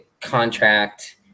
contract